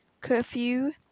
curfew